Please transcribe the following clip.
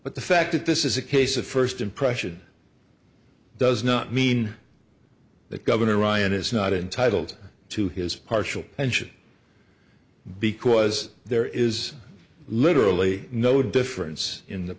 but the fact that this is a case of first impression does not mean that governor ryan is not entitled to his partial engine because there is literally no difference in the